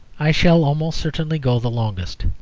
i shall almost certainly go the longest.